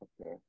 Okay